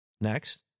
Next